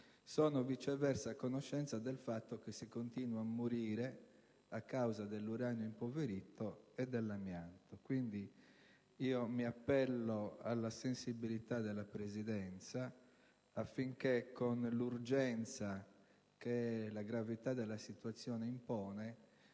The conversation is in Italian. Sono viceversa a conoscenza del fatto che si continua a morire a causa dell'uranio impoverito e dell'amianto. Quindi, mi appello alla sensibilità della Presidenza, affinché, con l'urgenza che la gravità della situazione impone,